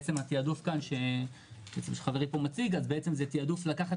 התעדוף שחברי מציג כאן זה תעדוף לקחת